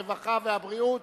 הרווחה והבריאות,